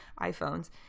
iPhones